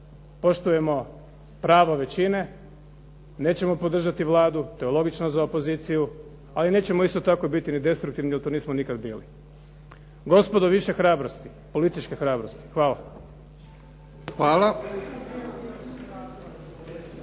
poštujemo pravo većine, nećemo podržati Vladu, to je logično za opoziciju ali nećemo isto tako biti ni destruktivni, jer to nismo nikada bili. Gospodo više hrabrosti, političke hrabrosti. Hvala.